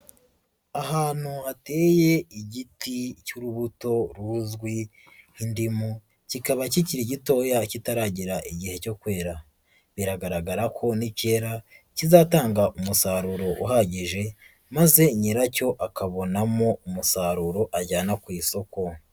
Ahantu hateye igiti cy'urubuto ruzwi nk'indimu kikaba kikiri gitoya kitaragera igihe cyo kwera, biragaragara ko ni kera kizatanga umusaruro uhagije maze nyiracyo akabonamo umusaruro ajyana ku isoko.